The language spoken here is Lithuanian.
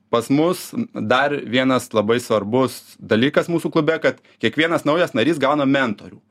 pas mus dar vienas labai svarbus dalykas mūsų klube kad kiekvienas naujas narys gauna mentorių